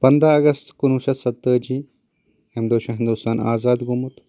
پنٛدہ اگست کُنوُہ شیٚتھ ستہٕ تٲجی امہِ دۄہ چھُ ہندوستان آزاد گوٚمُت